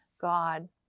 God